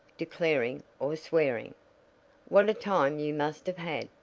declaring or swearing what a time you must have had,